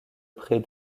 prêt